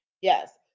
yes